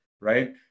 right